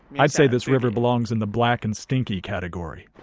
i'd say this river belongs in the black and stinky category.